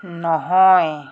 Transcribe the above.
নহয়